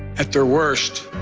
at their worst,